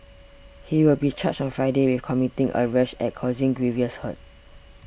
he will be charged on Friday with committing a rash act causing grievous hurt